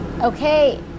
Okay